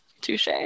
Touche